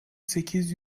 sekiz